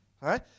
Right